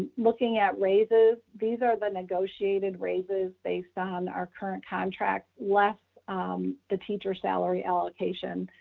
looking at raises, these are the negotiated raises based on our current contracts, less the teacher salary allocation,